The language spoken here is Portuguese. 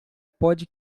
pode